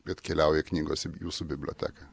atkeliauja knygos į jūsų biblioteką